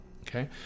Okay